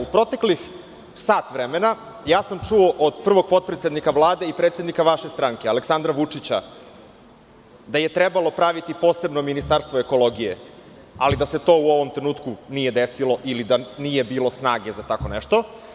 U proteklih sat vremena čuo sam od prvog potpredsednika Vlade i predsednika vaše stranke Aleksandra Vučića, da je trebalo praviti posebno ministarstvo ekologije, ali da se to u ovom trenutku nije desilo, ili da nije bilo snage za tako nešto.